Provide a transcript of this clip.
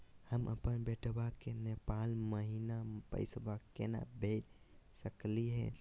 हम अपन बेटवा के नेपाल महिना पैसवा केना भेज सकली हे?